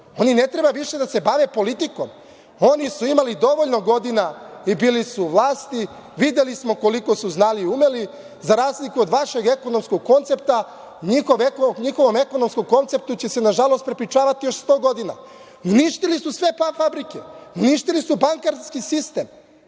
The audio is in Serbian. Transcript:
oni ne treba više da se bave politikom. Oni su imali dovoljno godina i bili su u vlasti, videli smo koliko su znali i umeli. Za razliku od vašeg ekonomskog koncepta, njihovom ekonomskom konceptu će se na nažalost prepričavati još sto godina. Uništili su sve fabrike, uništili su bankarski sistem,